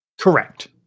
Correct